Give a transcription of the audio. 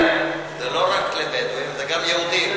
זה לא רק לבדואים, זה גם ליהודים.